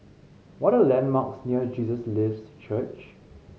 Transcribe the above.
what are the landmarks near Jesus Lives Church